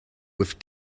with